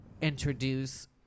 introduce